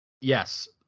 Yes